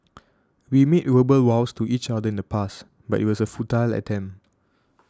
we made verbal vows to each other in the past but it was a futile attempt